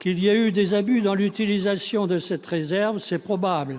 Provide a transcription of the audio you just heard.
Qu'il y ait eu des abus dans l'utilisation de cette réserve, c'est probable.